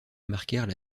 marquèrent